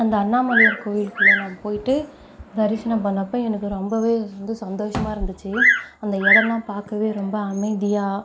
அந்த அண்ணாமலையார் கோவிலுக்குள்ளே நான் போய்ட்டு தரிசனம் பண்ணப்போ எனக்கு ரொம்பவே வந்து சந்தோஷமாக இருந்துச்சு அந்த இடல்லாம் பார்க்கவே ரொம்ப அமைதியாக